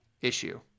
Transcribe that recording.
issue